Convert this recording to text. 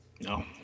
No